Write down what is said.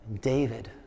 David